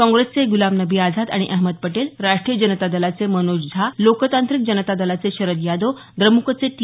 काँप्रेसचे गुलाम नबी आझाद आणि अहमद पटेल राष्ट्रीय जनता दलाचे मनोज झा लोकतांत्रिक जनता दलाचे शरद यादव द्रमुकचे टी